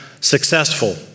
successful